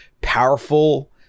powerful